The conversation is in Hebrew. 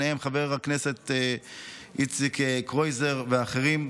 חבר הכנסת איציק קרויזר ואחרים.